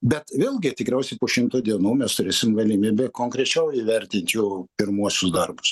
bet vėlgi tikriausiai po šimto dienų mes turėsim galimybę konkrečiau įvertint jų pirmuosius darbus